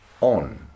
on